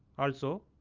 also,